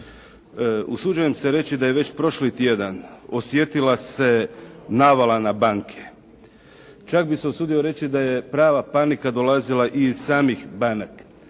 Usuđujem se reći da je već prošli tjedan osjetila se navala na banke, čak bi se usudio reći da je prava panika dolazila iz samih banaka.